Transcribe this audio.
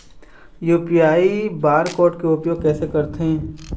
UPI bar code के उपयोग कैसे करथें?